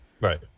right